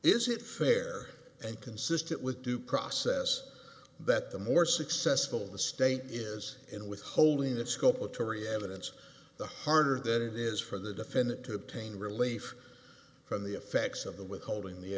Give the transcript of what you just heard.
is it fair and consistent with due process that the more successful the state is in withholding the scope of jury evidence the harder that it is for the defendant to obtain relief from the effects of the withholding the